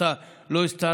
שאותה לא הסתרנו,